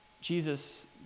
Jesus